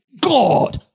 God